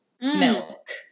milk